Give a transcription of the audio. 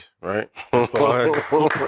right